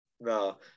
No